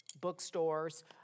bookstores